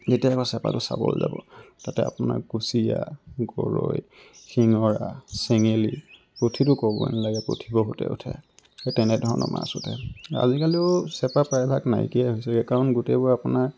যেতিয়া এবাৰ চেপাটো চাবলৈ যাব তাতে আপোনাৰ কুছিয়া গৰৈ শিঙৰা চেঙেলি পুঠিতো ক'বই নেলাগে পুঠি বহুতেই উঠে সেই তেনেধৰণৰ মাছ উঠে আজিকালিও চেপা প্ৰায়ভাগ নাইকিয়াই হৈছেগৈ কাৰণ গোটেইবোৰ আপোনাৰ